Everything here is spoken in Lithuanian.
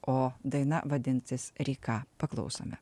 o daina vadinsis ryka paklausome